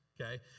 Okay